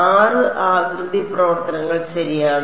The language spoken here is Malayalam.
6 ആകൃതി പ്രവർത്തനങ്ങൾ ശരിയാണ്